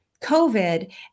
COVID